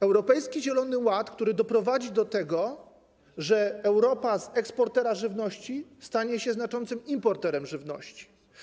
Europejski Zielony Ład, który doprowadzi do tego, że Europa z eksportera żywności stanie się znaczącym importerem żywności.